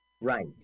Right